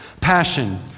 Passion